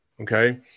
okay